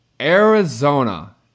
arizona